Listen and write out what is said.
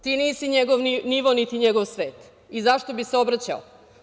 Ti nisi njegov nivo niti njegov svet i zašto bi se obraćao.